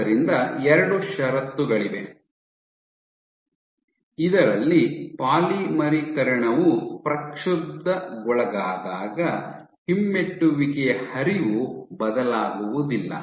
ಆದ್ದರಿಂದ ಎರಡು ಷರತ್ತುಗಳಿವೆ ಇದರಲ್ಲಿ ಪಾಲಿಮರೀಕರಣವು ಪ್ರಕ್ಷುಬ್ಧಗೊಳಗಾದಾಗ ಹಿಮ್ಮೆಟ್ಟುವಿಕೆಯ ಹರಿವು ಬದಲಾಗುವುದಿಲ್ಲ